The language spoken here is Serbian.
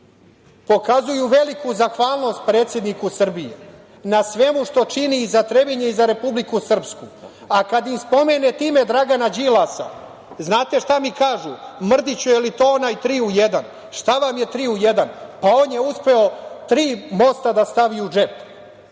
Pokazuju veliku zahvalnost predsedniku Srbije na svemu što čini i za Trebinje i za Republiku Srpsku, a kada im spomenete ime Dragana Đilasa, znate šta mi kažu? Mrdiću, da li je onaj tri u jedan? Šta vam je tri u jedan? On je uspeo tri mosta da stavi u džep.